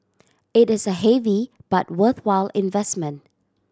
it is a heavy but worthwhile investment